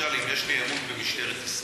אותי, למשל, אם יש לי אמון במשטרת ישראל: